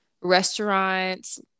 restaurants